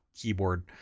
keyboard